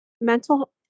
mental